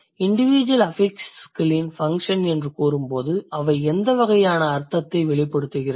individual அஃபிக்ஸ்களின் function என்று கூறும்போது அவை எந்த வகையான அர்த்தத்தை வெளிப்படுத்துகிறது